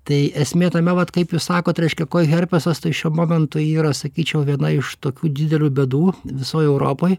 tai esmė tame vat kaip jūs sakot reiškia koherpesas tai šiuo momentu yra sakyčiau viena iš tokių didelių bėdų visoj europoj